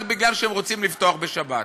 רק מפני שהם רוצים לפתוח בשבת.